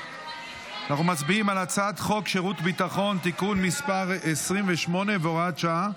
אנחנו מצביעים על הצעת חוק שירות ביטחון (תיקון מס' 28 והוראת שעה),